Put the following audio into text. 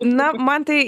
na man tai